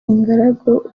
ingaragu